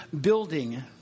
building